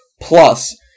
Plus